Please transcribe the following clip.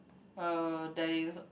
uh there is